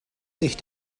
sich